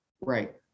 Right